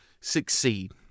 succeed